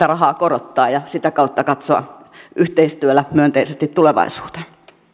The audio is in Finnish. rahaa korottaa ja sitä kautta katsoa yhteistyöllä myönteisesti tulevaisuuteen